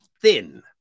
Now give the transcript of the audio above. thin